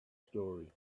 story